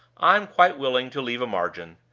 i'm quite willing to leave a margin.